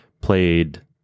played